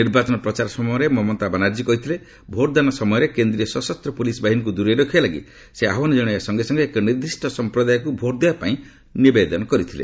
ନିର୍ବାଚନ ପ୍ରଚାର ସମୟରେ ମମତା ବାନାର୍ଜୀ କହିଥିଲେ ଭୋଟଦାନ ସମୟରେ କେନ୍ଦ୍ରୀୟ ସଶସ୍ତ ପୋଲିସ ବାହିନୀକୁ ଦୂରେଇ ରଖିବା ଲାଗି ଆହ୍ୱାନ ଜଣାଇବା ସଙ୍ଗେ ସଙ୍ଗେ ଏକ ନିର୍ଦ୍ଧିଷ୍ଟ ସମ୍ପ୍ରଦାୟକୁ ଭୋଟ ଦେବା ପାଇଁ ନିବେଦନ କରିଥିଲେ